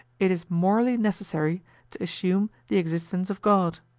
it is morally necessary to assume the existence of god.